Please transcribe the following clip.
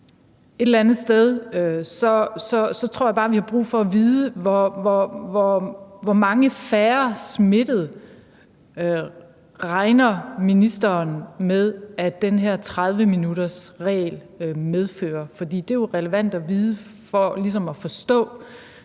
Et eller andet sted tror jeg bare, vi har brug for at vide, hvor mange færre smittede ministeren regner med at den her 30-minuttersregel medfører. For det er jo relevant at vide for ligesom